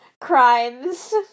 Crimes